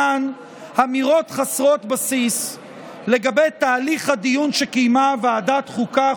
משום שנשמעו כאן אמירות חסרות בסיס לגבי תהליך הדיון שקיימה ועדת חוקה,